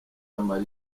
amara